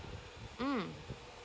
mm